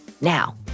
Now